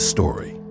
story